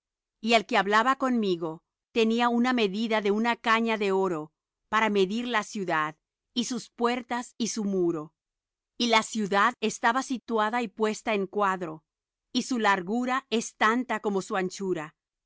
y el que hablaba conmigo tenía una medida de una caña de oro para medir la ciudad y sus puertas y su muro y la ciudad está situada y puesta en cuadro y su largura es tanta como su anchura